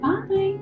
Bye